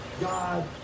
God